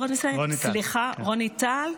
סליחה, רוני טל.